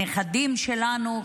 הנכדים שלנו,